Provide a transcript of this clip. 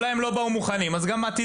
אולי הם לא באו מוכנים, אז גם עתידית.